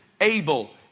able